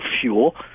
fuel